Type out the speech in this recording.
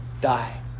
die